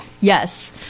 Yes